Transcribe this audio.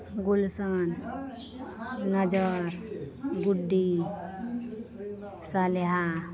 Gulshan Nazar Guddi Saleha